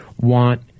want